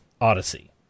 Odyssey